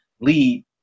lead